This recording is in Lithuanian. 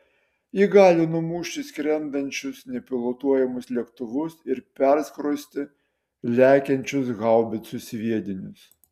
ji gali numušti skrendančius nepilotuojamus lėktuvus ir perskrosti lekiančius haubicų sviedinius